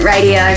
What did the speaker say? Radio